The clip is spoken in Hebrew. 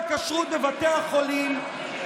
לא כתוב אצלכם בתורה שרב לא יראה חמץ?